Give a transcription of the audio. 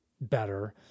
better